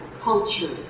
culture